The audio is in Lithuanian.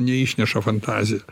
neišneša fantazija